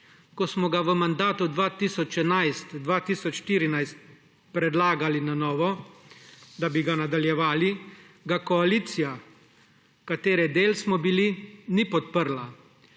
Ko smo ga v mandatu 2011–2014 predlagali na novo, da bi ga nadaljevali, ga koalicija, katere del smo bili, ni podprla.